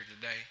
today